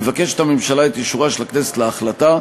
הממשלה מבקשת את אישור הכנסת להחלטה.